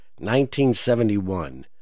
1971